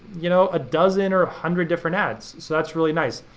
you know a dozen or a hundred different ads. so that's really nice.